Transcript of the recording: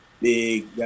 big